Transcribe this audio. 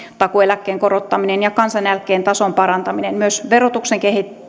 takuueläkkeen korottaminen ja kansaneläkkeen tason parantaminen myös verotuksen